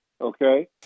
Okay